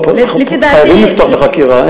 חייבים לפתוח בחקירה.